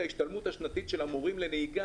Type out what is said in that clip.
כל תהליך ההרשמה הוא דיגיטלי לגמרי,